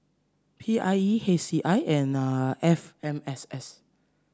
P I E H C I and F M S S